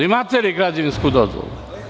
Imate li građevinsku dozvolu?